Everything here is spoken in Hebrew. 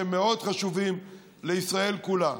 שמאוד חשובים לישראל כולה.